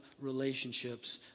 relationships